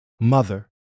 Mother